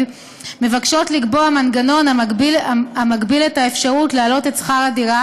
מבקשות לקבוע מנגנון המגביל את האפשרות להעלות את שכר הדירה